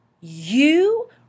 You